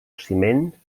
ciment